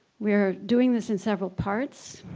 we're doing this in several parts.